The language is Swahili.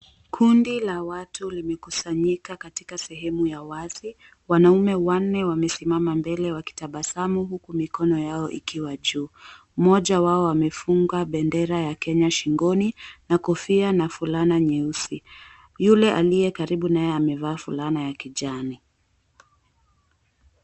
Kundi la watu limekusanyika katika sehemu ya Wazi. Wanaume wanne wamesimama mbele wakitabasamu huku mikono yao ikiwa juu. Mmoja wao amefunga bendera ya Kenya shingoni na kofia na fulana nyeusi. Yule aliye karibu na yeye amevaa fulana ya kijani.